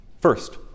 First